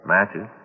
Matches